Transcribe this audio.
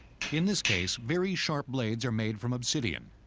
in this case, very sharp blades are made from obsidian,